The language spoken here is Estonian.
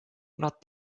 nad